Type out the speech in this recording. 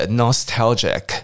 nostalgic